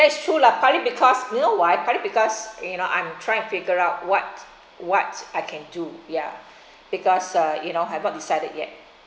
true lah partly because you know why partly because you know I'm trying to figure out what what I can do ya because uh you know have not decided yet